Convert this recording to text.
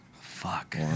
Fuck